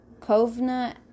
Kovna